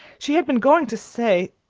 she had been going to say,